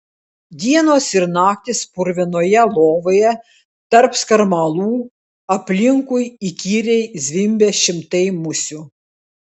dienos ir naktys purvinoje lovoje tarp skarmalų aplinkui įkyriai zvimbia šimtai musių